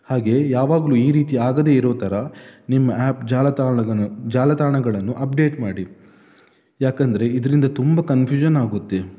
ಹಾಗೆ ಯಾವಾಗಲೂ ಈ ರೀತಿ ಆಗದೆ ಇರೋ ಥರ ನಿಮ್ಮ ಆ್ಯಪ್ ಜಾಲತಾಣಗಳು ಜಾಲತಾಣಗಳನ್ನು ಅಪ್ಡೇಟ್ ಮಾಡಿ ಯಾಕೆಂದರೆ ಇದರಿಂದ ತುಂಬ ಕನ್ಫ್ಯೂಷನ್ ಆಗುತ್ತೆ